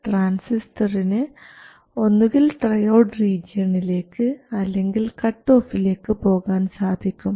ട്രാൻസിസ്റ്ററിന് ഒന്നുകിൽ ട്രയോഡ് റീജിയണിലേക്ക് അല്ലെങ്കിൽ കട്ടോഫിലേക്ക് പോകാൻ സാധിക്കും